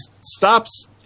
stops